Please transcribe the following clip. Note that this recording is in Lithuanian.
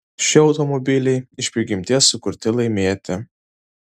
šie automobiliai iš prigimties sukurti laimėti